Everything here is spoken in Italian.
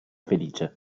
felice